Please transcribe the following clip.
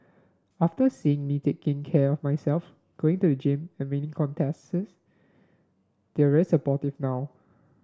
after seeing me taking care of myself going to the gym and winning contests they're rare supportive now